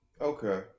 okay